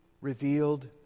revealed